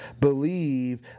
believe